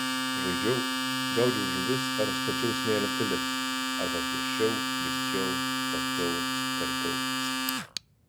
žaidžiau gaudžiau žuvis ar stačiau smėlio pilis arba piešiau lipdžiau tapiau karpiau